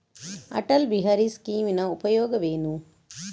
ಅಟಲ್ ಬಿಹಾರಿ ಸ್ಕೀಮಿನ ಉಪಯೋಗವೇನು?